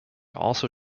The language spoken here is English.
also